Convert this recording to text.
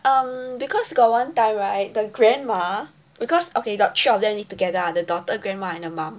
um cause got one time right the grandma because okay got three of them live together ah the daughter grandma and the mum